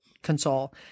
console